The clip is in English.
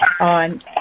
on